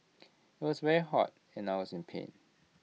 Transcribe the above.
IT was very hot and I was in pain